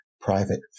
private